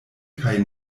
kaj